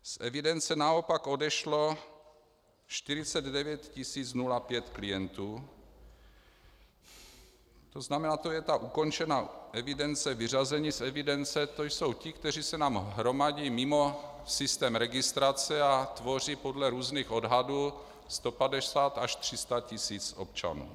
Z evidence naopak odešlo 49 005 klientů, to znamená, to je ta ukončená evidence, vyřazení z evidence, to jsou ti, kteří se nám hromadí mimo systém registrace a tvoří podle různých odhadů 150 až 300 tisíc občanů.